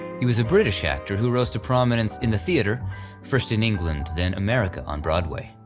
he was a british actor who rose to prominence in the theatre first in england then america on broadway.